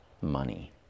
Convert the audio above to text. money